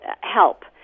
help